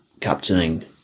Captaining